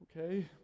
okay